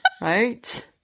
right